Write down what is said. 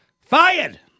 fired